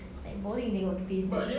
like boring they all facebook